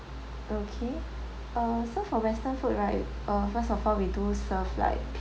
okay uh so for western food right uh first of all we do serve like